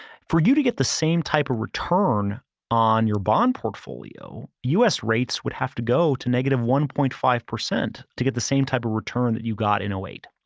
for you to get the same type of return on your bond portfolio, us rates would have to go to negative one point five to get the same type of return that you got in a rate.